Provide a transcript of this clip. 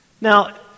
Now